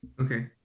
Okay